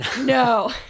No